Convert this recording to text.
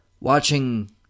watching